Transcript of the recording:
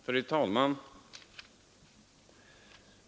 Fru talman!